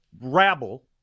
rabble